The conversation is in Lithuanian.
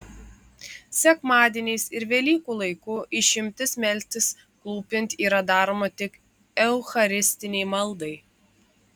sekmadieniais ir velykų laiku išimtis melstis klūpint yra daroma tik eucharistinei maldai